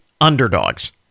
underdogs